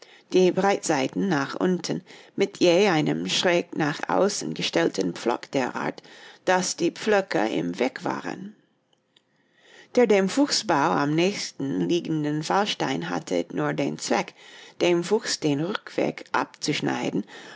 die breitseiten nach unten mit je einem schräg nach außen gestellten pflock derart daß die pflöcke im weg waren der dem fuchsbau am nächsten liegende fallstein hatte nur den zweck dem fuchs den rückweg abzuschneiden